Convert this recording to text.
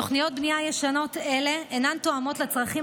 תוכניות בנייה ישנות אלה אינן תואמות לצרכים